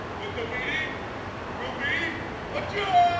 that the meeting will be adjourned!